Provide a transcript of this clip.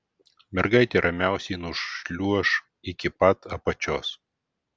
mergaitė ramiausiai nušliuoš iki pat apačios